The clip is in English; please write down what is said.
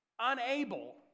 unable